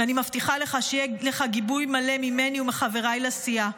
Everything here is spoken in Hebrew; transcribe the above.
ואני מבטיחה לך שיהיה לך גיבוי מלא ממני ומחבריי לסיעה.